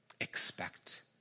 expect